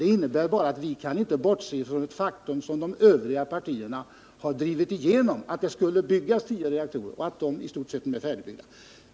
Det innebär bara att vi inte kan bortse från ett faktum som de övriga partierna drivit igenom: att det skulle byggas tio reaktorer och att de nu i stort sett är färdigbyggda.